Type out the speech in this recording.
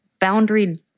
boundary